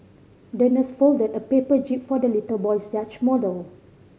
the nurse folded a paper jib for the little boy's yacht model